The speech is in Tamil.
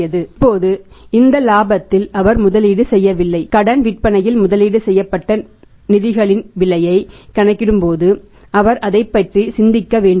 இப்போது இந்த இலாபத்தில் அவர் முதலீடு செய்யவில்லை கடன் விற்பனையில் முதலீடு செய்யப்பட்ட நிதிகளின் விலையை கணக்கிடும்போது அவர் அதைப் பற்றி சிந்திக்க வேண்டுமா